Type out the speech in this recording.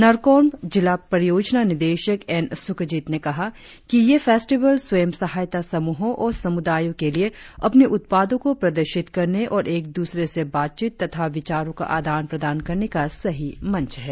नरकोर्म्प जिला परियोजना निदेशक एन सुखजित ने कहा कि यह फेस्टीवल स्वयं सहायता समूहों और समुदायों के लिए अपनी उत्पादों को प्रदर्शित करने और एक दूसरे से बातचीत तथा विचारों का आदान प्रदान करने का सही मंच है